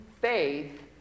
faith